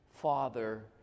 father